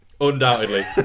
Undoubtedly